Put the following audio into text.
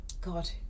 god